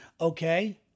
Okay